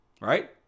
Right